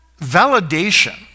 validation